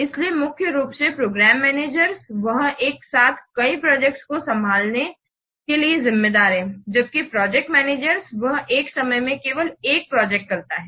इसलिए मुख्य रूप से प्रोग्राम मैनेजर्स वह एक साथ कई प्रोजेक्ट को संभालने के लिए जिम्मेदार है जबकि प्रोजेक्ट मैनेजर वह एक समय में केवल एक प्रोजेक्ट करता है